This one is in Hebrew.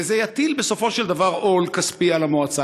וזה יטיל בסופו של דבר עול כספי על המועצה.